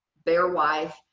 fair wife,